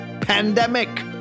pandemic